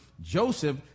Joseph